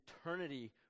eternity